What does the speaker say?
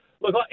look